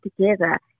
together